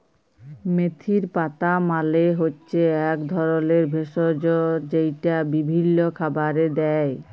মেথির পাতা মালে হচ্যে এক ধরলের ভেষজ যেইটা বিভিল্য খাবারে দেয়